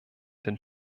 den